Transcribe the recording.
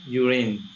urine